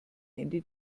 ende